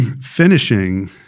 finishing